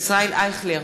ישראל אייכלר,